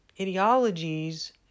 Ideologies